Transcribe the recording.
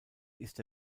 ist